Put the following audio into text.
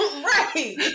Right